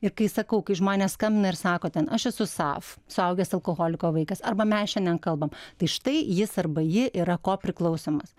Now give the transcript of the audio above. ir kai sakau kai žmonės skambina ir sako ten aš esu sav suaugęs alkoholiko vaikas arba mes šiandien kalbam tai štai jis arba ji yra kopriklausomas